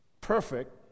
perfect